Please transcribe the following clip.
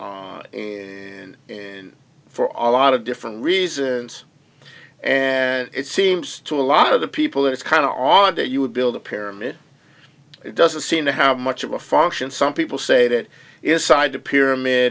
in and and for all lot of different reasons and it seems to a lot of the people it's kind of audit you would build a pyramid it doesn't seem to have much of a function some people say that is side a pyramid